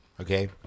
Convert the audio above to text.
Okay